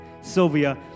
Sylvia